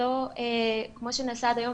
לא כמו שנעשה עד היום,